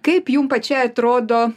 kaip jum pačiai atrodo